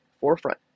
forefront